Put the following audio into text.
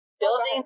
Building